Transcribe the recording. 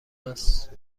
است